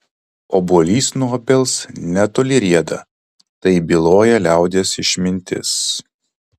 obuolys nuo obels netoli rieda taip byloja liaudies išmintis